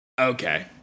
Okay